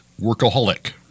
workaholic